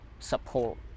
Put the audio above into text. support